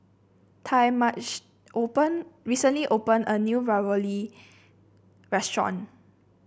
Talmadge open recently opened a new Ravioli restaurant